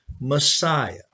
Messiah